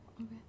Okay